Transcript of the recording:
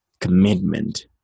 commitment